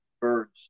bird's